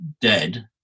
dead